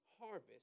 harvest